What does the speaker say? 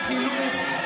האפיקורסים,